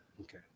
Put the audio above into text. Okay